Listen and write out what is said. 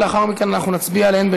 ולאחר מכן נצביע עליהן,